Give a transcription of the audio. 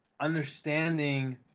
understanding